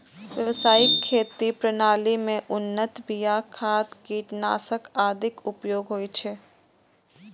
व्यावसायिक खेती प्रणाली मे उन्नत बिया, खाद, कीटनाशक आदिक उपयोग होइ छै